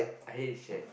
I hate this chair